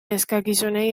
eskakizunei